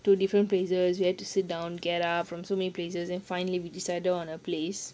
to different places we had to sit down get up from so many places then finally we decided on a place